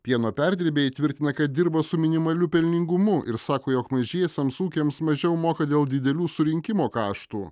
pieno perdirbėjai tvirtina kad dirba su minimaliu pelningumu ir sako jog mažiesiems ūkiams mažiau moka dėl didelių surinkimo kaštų